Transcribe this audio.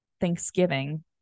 thanksgiving